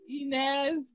Inez